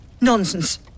Nonsense